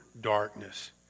darkness